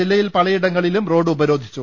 ജില്ലയിൽ പലയി ടങ്ങളിലും റോഡ് ഉപരോധിച്ചു